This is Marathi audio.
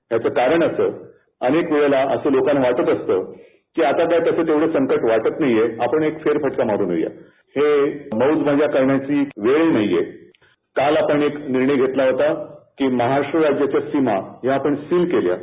याचं कारण असं अनेक वेळा लोकांना वाटत असतं आता काय एवढं संकट वाटत नाहीये आपण एक फेरफटका मारून येऊयात हे मौज मजा करण्याची वेळ नाहीये काल आपण एक निर्णय घेतला होता महाशिवराज्याच्या सीमा ह्या सील केल्यात